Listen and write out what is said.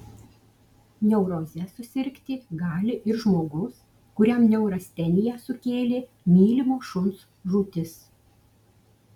neuroze susirgti gali ir žmogus kuriam neurasteniją sukėlė mylimo šuns žūtis